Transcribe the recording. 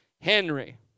Henry